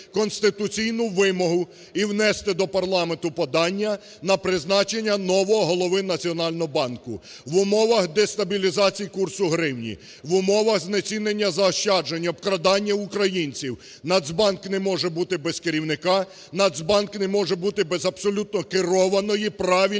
конституційну вимогу і внести до парламенту подання на призначення нового голови Національного банку. В умовах дестабілізації курсу гривні, в умовах знецінення заощаджень, обкрадання українців Нацбанк не може бути без керівника, Нацбанк не може бути без абсолютно керованої правильної